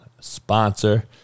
sponsor